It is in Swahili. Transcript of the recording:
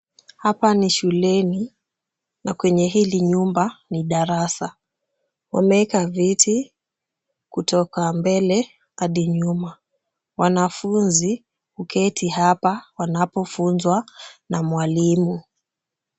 Hapa ni shuleni na kwenye hili nyumba ni darasa. Wameweka viti kutoka mbele hadi nyuma. Wanafunzi huketi hapa wanapofunzwa na walimu.